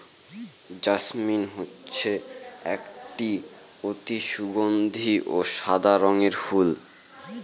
jasmine হচ্ছে একটি অতি সগন্ধি ও সাদা রঙের ফুল